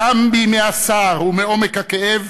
גם בימי הסער ומעומק הכאב,